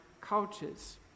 cultures